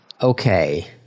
Okay